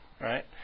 right